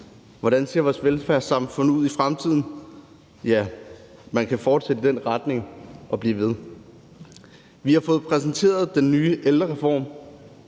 Hvordan ser vores velfærdssamfund ud i fremtiden? Ja, man kan fortsætte i den retning og blive ved. Vi har fået præsenteret den nye ældrereform